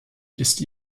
ist